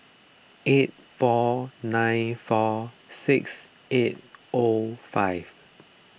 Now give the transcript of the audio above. eight four nine four six eight five